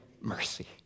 mercy